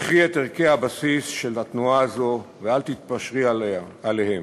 זכרי את ערכי הבסיס של התנועה הזו ואל תתפשרי עליהם.